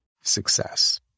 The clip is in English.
success